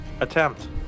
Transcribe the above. attempt